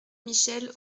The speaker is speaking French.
michels